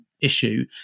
issue